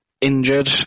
injured